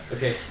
Okay